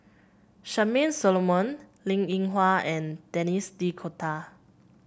Charmaine Solomon Linn In Hua and Denis D'Cotta